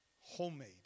homemade